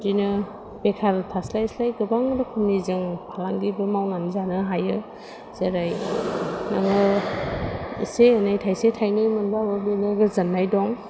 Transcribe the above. बिदिनो बेखार थास्लाय स्लाय गोबां रोखोमनि जों फालांगिफोर मावनानै जानो हायो जेरै नोङो एसे एनै थायसे थायनै मोनबाबो बेनो गोजोननाय दं